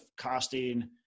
costing